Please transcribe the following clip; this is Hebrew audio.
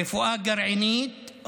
רפואה גרעינית,